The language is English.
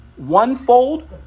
onefold